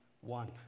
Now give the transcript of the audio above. One